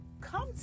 come